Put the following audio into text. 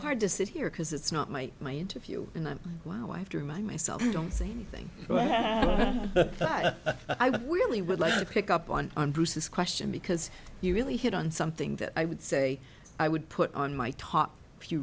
hard to sit here because it's not my my interview and i'm wow i have to remind myself don't say anything but we really would like to pick up on bruce's question because you really hit on something that i would say i would put on my top few